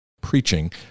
preaching